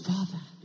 Father